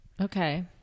okay